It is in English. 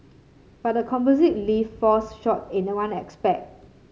but the composite lift falls short in a one aspect